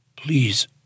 Please